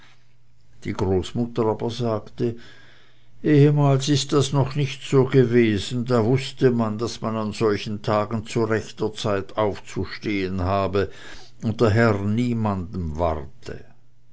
die großmutter aber sagte ehemals ist das doch nicht so gewesen da wußte man daß man an solchen tagen zu rechter zeit aufzustehen habe und der herr niemanden warte